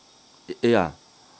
ye~ yeah